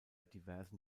diversen